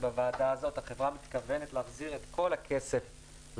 בוועדה הזאת החברה מתכוונת להחזיר את כל הכסף ללקוחות,